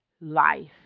life